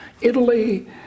Italy